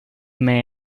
may